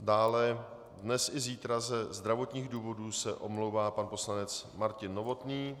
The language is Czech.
Dále dnes i zítra ze zdravotních důvodů se omlouvá pan poslanec Martin Novotný.